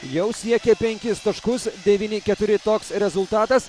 jau siekia penkis taškus devyni keturi toks rezultatas